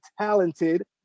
talented